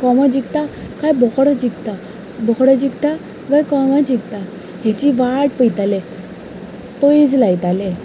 कोंबो जिखता कांय बोकडो जिखता बोकडो जिखता कांय कोंबो जिखता हाची वाट पळयताले पैज लायताले